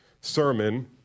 sermon